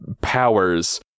powers